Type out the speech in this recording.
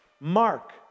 Mark